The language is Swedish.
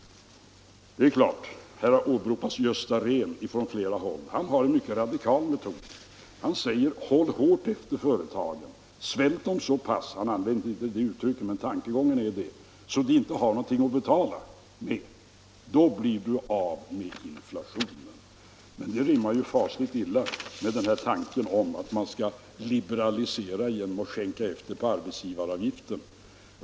Gösta Rehn har åberopats från flera håll. Han har en mycket radikal metod. Han säger: Håll hårt efter företagen. Svält dem så pass — han använder inte det uttrycket men tanken är den — så de inte har någonting att betala med, då blir du av med inflationen. Men det rimmar fasligt illa med tanken på att liberalisera genom att skänka efter på arbetsgivaravgiften.